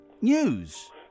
news